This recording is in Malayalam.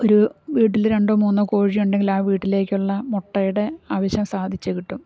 ഒരു വീട്ടിൽ രണ്ടോ മൂന്നോ കോഴിയുണ്ടെങ്കിൽ ആ വീട്ടിലേക്കുള്ള മുട്ടയുടെ ആവശ്യം സാധിച്ച് കിട്ടും